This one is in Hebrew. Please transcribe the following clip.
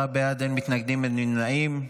עשרה בעד, אין מתנגדים, אין נמנעים.